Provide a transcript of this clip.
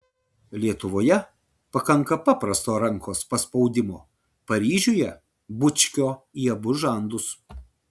lietuvoje pakanka paprasto rankos paspaudimo paryžiuje bučkio į abu žandus